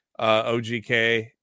OGK